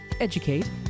educate